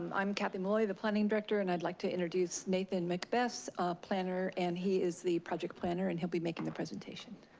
um i'm kathy molloy, the planning director, and i'd like to introduce nathan mcbess, a planner. and he is the project planner, and he'll be making the presentation.